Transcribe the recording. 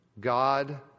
God